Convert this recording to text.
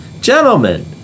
Gentlemen